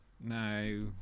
No